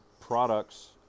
products